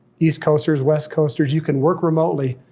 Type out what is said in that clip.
east coasters, west coasters, you can work remotely,